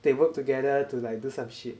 they work together to like do some shit